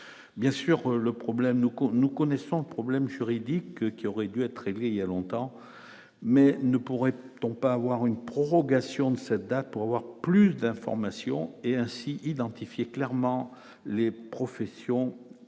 cours, nous connaissons problème juridique qui aurait dû être évoqué il y a longtemps mais ne pourrait-on pas avoir une prorogation de cette date pour avoir plus d'informations et ainsi identifier clairement les professions de santé,